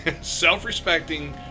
self-respecting